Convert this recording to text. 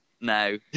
no